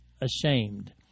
ashamed